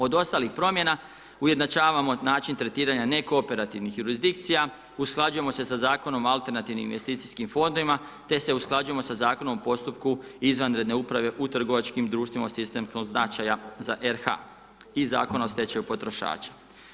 Od ostalih promjena ujednačavamo način tretiranja nekooperativnih jurizdikcija, usklađujemo se sa Zakonom o alternativnim investicijskim fondovima te se usklađujemo sa Zakonom o postupku izvanredne uprave u trgovačkim društvima od sistemskog značaja za RH i Zakona o stečaju potrošača.